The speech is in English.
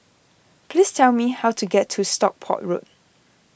please tell me how to get to Stockport Road